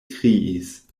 kriis